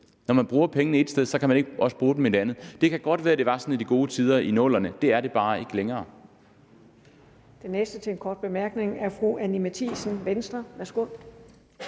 Når man bruger pengene et sted, kan man ikke også bruge dem et andet. Det kan godt være, at det var sådan i de gode tider i 00'erne, det er det bare ikke længere.